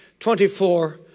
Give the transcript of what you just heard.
24